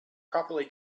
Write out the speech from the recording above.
properly